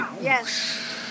Yes